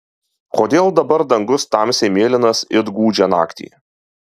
kodėl dabar dangus tamsiai mėlynas it gūdžią naktį